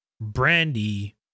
Brandy